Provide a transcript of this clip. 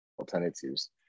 alternatives